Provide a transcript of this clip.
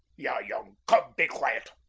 ye young cub, be quiet.